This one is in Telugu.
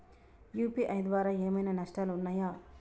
యూ.పీ.ఐ ద్వారా ఏమైనా నష్టాలు ఉన్నయా?